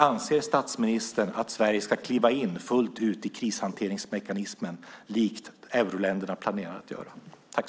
Anser finansministern att Sverige, likt vad euroländerna planerar att göra, ska kliva in fullt ut i krishanteringsmekanismen?